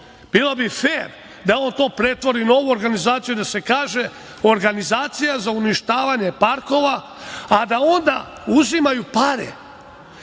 Bilo bi fer da on to pretvori u novu organizaciju i da se kaže – organizacija za uništavanje parkova, a da onda uzimaju pare